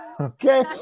Okay